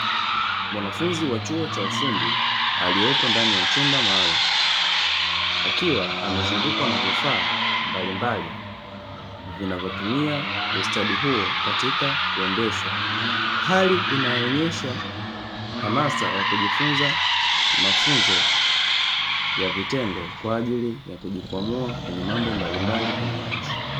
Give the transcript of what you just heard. Mwanafunzi wa chuo cha ufundi aliyepo ndani ya chumba maalumu akiwa amezungukwa na vifaa mbalimbali vinavyotumia ustadi huo katika kuendeshwa, hali inayoonyesha hamasa ya kujifunza mafunzo ya vitendo kwa ajili ya kujikwamua kwenye mambo mbalimbali kwenye maisha.